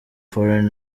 foreign